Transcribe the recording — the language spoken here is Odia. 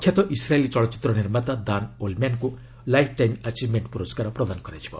ପ୍ରଖ୍ୟାତ ଇସ୍ରାଏଲୀ ଚଳଚ୍ଚିତ୍ର ନିର୍ମାତା ଦାନ୍ ଓଲ୍ମ୍ୟାନ୍ଙ୍କୁ ଲାଇଫ୍ ଟାଇମ୍ ଆଚିଭ୍ମେଣ୍ଟ ପୁରସ୍କାର ପ୍ରଦାନ କରାଯିବ